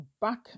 back